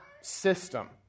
system